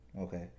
Okay